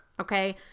Okay